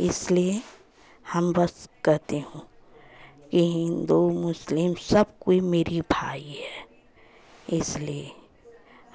इसलिए हम बस कहती हूँ ये हिन्दू मुस्लिम सब कोई मेरी भाई है इसलिए